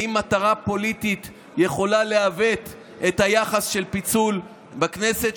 האם מטרה פוליטית יכולה לעוות את היחס של פיצול בכנסת.